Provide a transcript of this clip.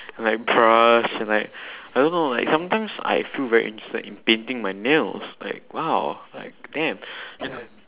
like and like I don't know like sometimes I feel very interested in painting my nails like !wow! like damn and